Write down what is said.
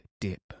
dip